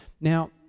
Now